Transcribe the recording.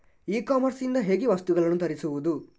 E commerce ಇಂದ ಹೇಗೆ ವಸ್ತುಗಳನ್ನು ತರಿಸುವುದು?